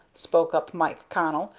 spoke up mike connell,